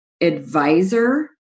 advisor